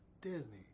disney